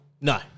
No